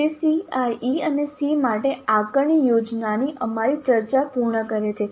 તે CIE અને SEE માટે આકારણી યોજનાની અમારી ચર્ચા પૂર્ણ કરે છે